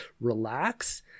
relax